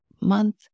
month